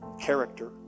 character